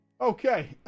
Okay